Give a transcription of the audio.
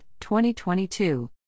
2022